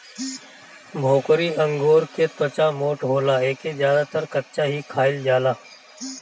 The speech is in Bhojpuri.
भोकरी अंगूर के त्वचा मोट होला एके ज्यादातर कच्चा ही खाईल जाला